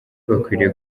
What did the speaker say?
bakwiriye